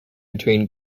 between